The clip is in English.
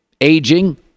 aging